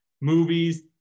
movies